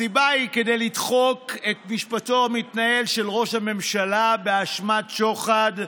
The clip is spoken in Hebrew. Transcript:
הסיבה היא כדי לדחוק את משפטו המתנהל של ראש הממשלה באשמת שוחד,